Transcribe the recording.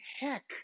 heck